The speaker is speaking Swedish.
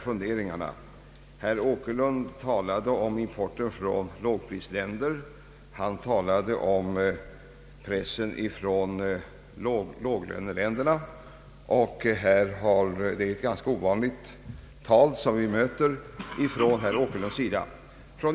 Herr Åkerlund talade om importen från lågprisländer. Han talade om pressen från låglöneländerna. Det är ett ganska ovanligt tal som vi möter från hans sida.